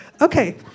Okay